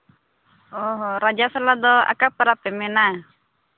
ᱚ ᱦᱚᱸ ᱨᱟᱡᱟ ᱥᱟᱞᱟ ᱫᱚ ᱟᱠᱟ ᱯᱚᱨᱚᱵᱽ ᱯᱮ ᱢᱮᱱᱟ